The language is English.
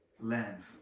lens